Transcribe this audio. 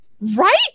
Right